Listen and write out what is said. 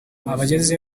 abageze